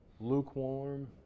lukewarm